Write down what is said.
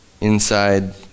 inside